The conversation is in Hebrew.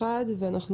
הצבעה אושרה.